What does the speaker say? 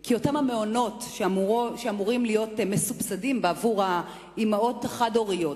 כי אותם המעונות שאמורים להיות מסובסדים בעבור האמהות החד-הוריות,